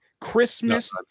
christmas